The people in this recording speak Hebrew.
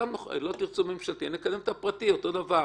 לא תרצו ממשלתי, נקדם את הפרטי, אותו דבר.